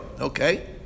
okay